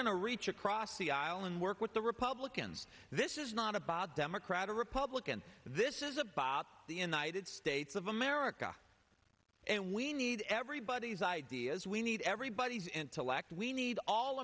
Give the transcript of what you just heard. going to reach across the aisle and work with the republicans this is not a bob democrat or republican this is a bob the united states of america and we need everybody's ideas we need everybody's intellect we need all